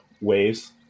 waves